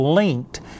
Linked